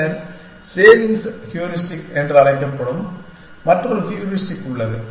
பின்னர் savings heuristic என்று அழைக்கப்படும் மற்றொரு ஹூரிஸ்டிக் உள்ளது